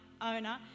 owner